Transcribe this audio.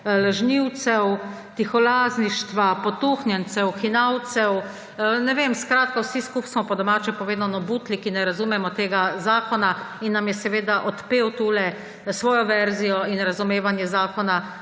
lažnivcev, tiholazništva, potuhnjencev, hinavcev, ne vem; skratka vsi skupaj smo, po domače povedano, butlji, ki ne razumemo tega zakona. In nam je seveda odpel tule svojo verzijo in razumevanje zakona